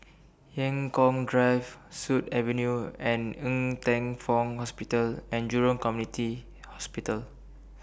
Eng Kong Drive Sut Avenue and Ng Teng Fong Hospital and Jurong Community Hospital